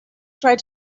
tried